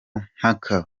mpaka